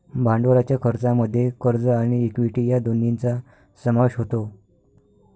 भांडवलाच्या खर्चामध्ये कर्ज आणि इक्विटी या दोन्हींचा समावेश होतो